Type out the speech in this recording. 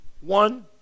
One